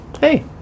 Hey